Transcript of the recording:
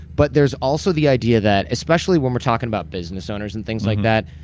but there's also the idea that, especially when we're talking about business owners and things like that.